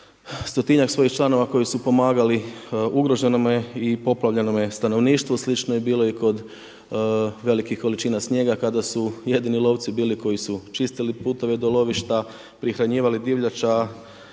100-tinjak svojih članova koji su pomagali ugroženome i poplavljenome stanovništvu. Slično je bilo i kod velikih količina snijega, kada su jedini lovci bili koji su čistili putove do lovišta, prihranjivali divljač